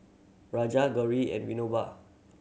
Raja Gauri and Vinoba